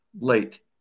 late